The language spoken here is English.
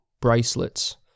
bracelets